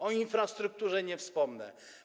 O infrastrukturze nie wspomnę.